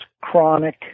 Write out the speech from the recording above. chronic